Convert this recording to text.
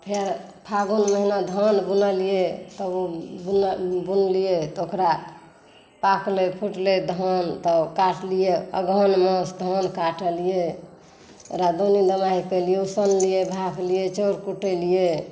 फेर फागुन महीना धान बुनलियै तब ओ बुनलियै तऽ ओकरा पाकलै फूटलै धान तऽ काटलियै अगहन मास काटलियै ओकरा दोन दोनाई केलियै उसनलियै धए देलियै चाउर कूटलियै